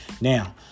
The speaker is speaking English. Now